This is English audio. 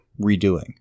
redoing